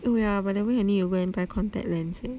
oh yeah but the way I need to go and buy contact lens eh